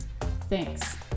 Thanks